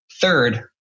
Third